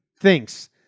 thinks